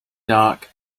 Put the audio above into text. dark